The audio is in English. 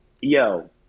yo